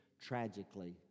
tragically